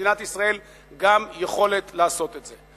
במדינת ישראל גם יכולת לעשות את זה.